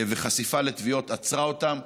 החשיפה לתביעות עצרה אותם.